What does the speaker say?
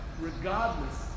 regardless